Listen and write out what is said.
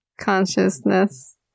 consciousness